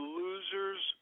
losers